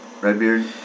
Redbeard